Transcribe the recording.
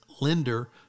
lender